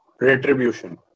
retribution